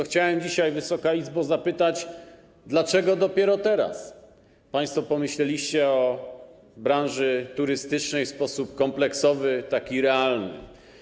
Chciałbym tylko dzisiaj, Wysoka Izbo, zapytać: Dlaczego dopiero teraz państwo pomyśleliście o branży turystycznej w sposób kompleksowy, taki realny?